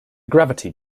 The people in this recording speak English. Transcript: gravity